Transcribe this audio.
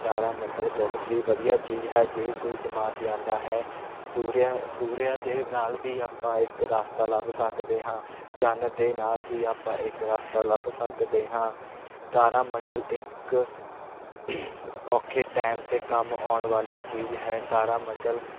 ਤਾਰਾ ਮੰਡਲ ਬਹੁਤ ਹੀ ਵਧੀਆ ਚੀਜ਼ ਹੈ ਜੇ ਕੋਈ ਗਵਾਚ ਜਾਂਦਾ ਹੈ ਸੂਰਿਆ ਸੂਰਿਆ ਦੇ ਨਾਲ ਵੀ ਆਪਾਂ ਇੱਕ ਰਸਤਾ ਲੱਭ ਸਕਦੇ ਹਾਂ ਚੰਨ ਦੇ ਨਾਲ ਵੀ ਆਪਾਂ ਇੱਕ ਰਸਤਾ ਲੱਭ ਸਕਦੇ ਹਾਂ ਤਾਰਾ ਮੰਡਲ ਇੱਕ ਔਖੇ ਟਾਈਮ 'ਤੇ ਕੰਮ ਆਉਣ ਵਾਲੀ ਚੀਜ਼ ਹੈ ਤਾਰਾ ਮੰਡਲ